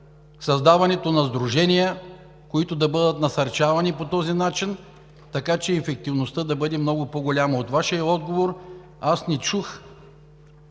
създаването на сдружения, които да бъдат насърчавани по този начин, така че ефективността да бъде много по-голяма. Във Вашия отговор аз не чух